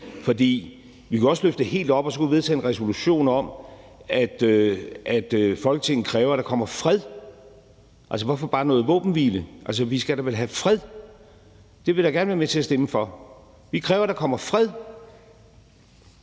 Vi kunne også løfte det helt op, og så kunne vi vedtage en resolution om, at Folketinget kræver, at der kommer fred. Altså, hvorfor skulle det bare være noget våbenhvile? Vi skal da vel have fred? Det vil jeg da gerne være med til at stemme for. Vi kræver, at der kommer fred.